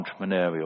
entrepreneurial